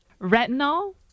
Retinol